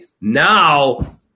Now